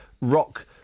rock